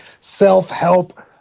self-help